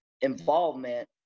involvement